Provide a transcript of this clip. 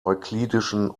euklidischen